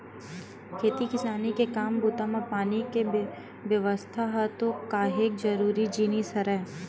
खेती किसानी के काम बूता म पानी के बेवस्था ह तो काहेक जरुरी जिनिस हरय